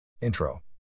Intro